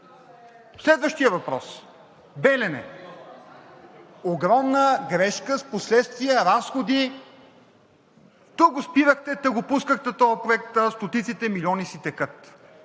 Следващият въпрос – „Белене“. Огромна грешка с последствия, разходи. Ту го спирахте, ту го пускахте този проект, а стотиците милиони си текат.